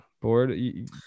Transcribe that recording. board